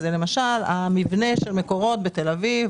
הוא למשל מבנה המשרדים של מקורות בתל אביב,